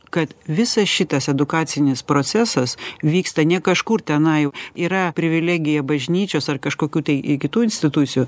kad visas šitas edukacinis procesas vyksta ne kažkur tenai yra privilegija bažnyčios ar kažkokių tai į kitų institucijų